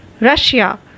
Russia